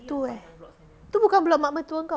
tu eh tu bukan block mak mertua kau ke